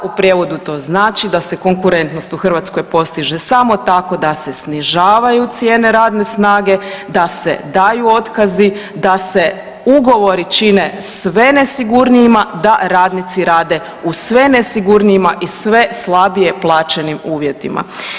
U prijevodu to znači da se konkurentnost u Hrvatskoj postiže samo tako da se snižavaju cijene radne snage, da se daju otkazi, da se ugovori čine sve nesigurnijima, da radnici rade u sve nesigurnijima i sve slabije plaćenim uvjetima.